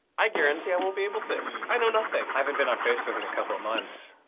i guarantee i won't be able to. i know nothing. i haven't been on facebook in a couple months.